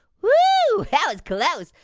whew, that was close.